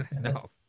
No